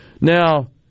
Now